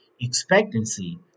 expectancy